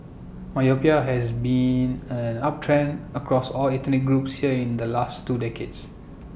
myopia has been an uptrend across all ethnic groups here in the last two decades